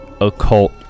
Occult